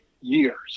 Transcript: years